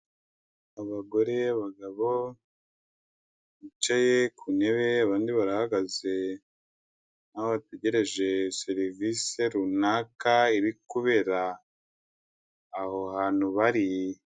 Abagore, abagabo bicaye ku ntebe abandi barahagaze, aho bategereje serivise runaka iri kubera aho hantu bari.